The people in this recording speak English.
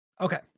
Okay